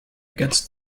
against